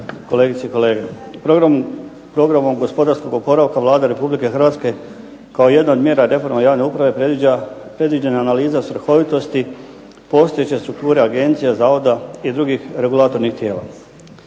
kolegice i kolege. Programom gospodarskog oporavka Vlada Republike Hrvatske kao jedna od mjera reforme javne uprave predviđa analize svrhovitosti postojeće strukture agencija, zavoda i drugih regulatornih tijela.